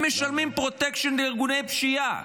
הם משלמים פרוטקשן לארגוני פשיעה,